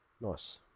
Nice